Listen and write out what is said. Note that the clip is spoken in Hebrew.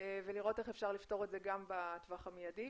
ולראות איך אפשר לפתור את זה גם בטווח המיידי.